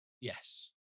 Yes